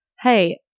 hey